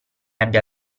abbia